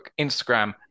Instagram